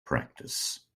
practice